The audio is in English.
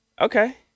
Okay